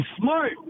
smart